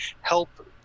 help